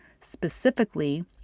Specifically